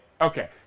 Okay